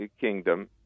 kingdom